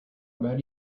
about